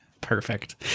Perfect